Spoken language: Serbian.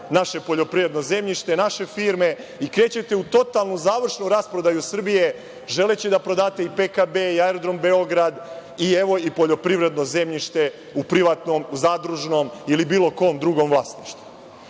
naše poljoprivredno zemljište, naše firme i krećete u totalnu završnu rasprodaju Srbije želeći da prodate i PKB i Aerodrom Beograd i poljoprivredno zemljište u privatnom, zadružnom ili bilo kom drugom vlasništvu. Dakle,